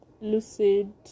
lucid